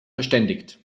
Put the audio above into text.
verständigt